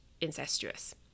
incestuous